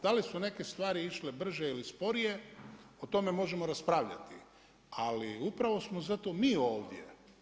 Da li su neke stvari išle brže ili sporije o tome možemo raspravljati, ali upravo smo zato mi ovdje.